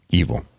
evil